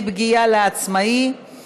מוות במרשם רופא),